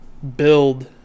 build